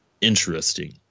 Interesting